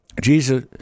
Jesus